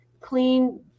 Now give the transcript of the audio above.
clean